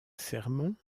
sermon